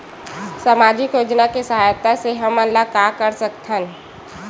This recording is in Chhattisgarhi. सामजिक योजना के सहायता से हमन का का कर सकत हन?